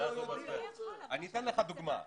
אני אתן לך דוגמה.